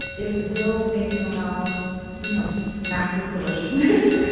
it will make your mouth you know smack with deliciousness.